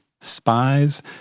Spies